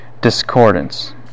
discordance